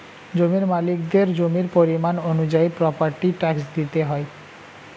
জমির মালিকদের জমির পরিমাণ অনুযায়ী প্রপার্টি ট্যাক্স দিতে হয়